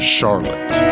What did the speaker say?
Charlotte